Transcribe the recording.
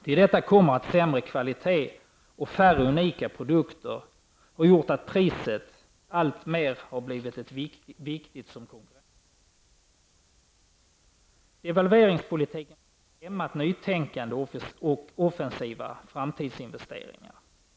Till detta kommer att sämre kvalitet och färre unika produkter har gjort att priset har blivit alltmer viktigt som konkurrensmedel. Devalveringspolitiken har också hämmat nytänkande och offensiva framtidsinvesteringar.